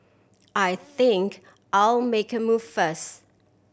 I think I'll make a move first